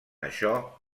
això